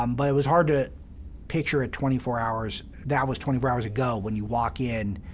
um but it was hard to picture a twenty four hours that was twenty four hours ago when you walk in,